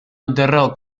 enterró